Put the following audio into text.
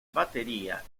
batería